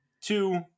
two